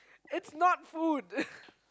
it's not food